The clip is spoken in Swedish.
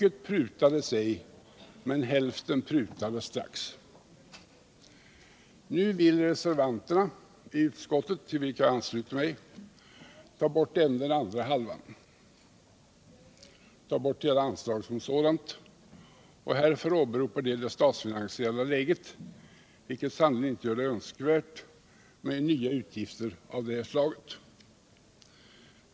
Ej avprutades mycket, hälften dock prutades strax. Nu vill reservanterna i utskottet, til vilka jag ansluter mig, ta bort även den andra halvan, dvs. hela anslaget som sådant. Härför åberopar de det statsfinansiella läget, vilket sannerigen inte gör det önskvärt med nya utgifter av det här slaget.